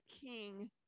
king